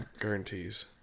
Guarantees